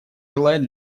желает